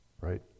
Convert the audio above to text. right